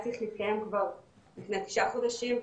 צריך להתקיים כבר לפני תשעה חודשים,